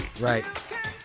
Right